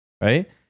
Right